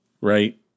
right